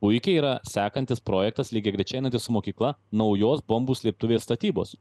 puikiai yra sekantis projektas lygiagrečiai einantis su mokykla naujos bombų slėptuvės statybos